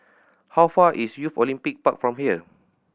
how far away is Youth Olympic Park from here